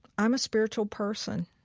i'm a spiritual person.